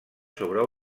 sobre